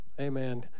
Amen